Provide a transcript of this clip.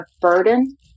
burden